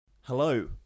hello